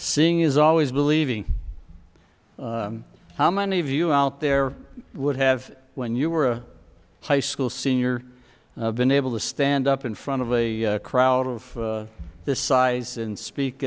seeing is always believing how many of you out there would have when you were a high school senior i've been able to stand up in front of a crowd of this size and speak